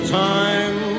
time